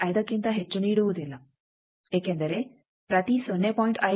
5ಕ್ಕಿಂತ ಹೆಚ್ಚು ನೀಡುವುದಿಲ್ಲ ಏಕೆಂದರೆ ಪ್ರತಿ 0